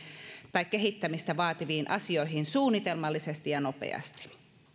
tai kehittämistä vaativiin asioihin suunnitelmallisesti ja nopeasti